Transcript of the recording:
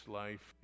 life